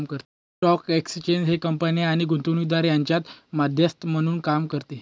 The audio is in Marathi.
स्टॉक एक्सचेंज हे कंपन्या आणि गुंतवणूकदार यांच्यात मध्यस्थ म्हणून काम करते